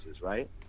right